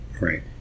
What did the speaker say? Right